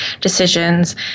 decisions